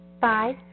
Five